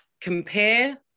compare